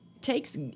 takes